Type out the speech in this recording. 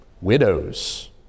Widows